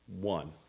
one